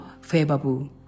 favorable